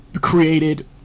created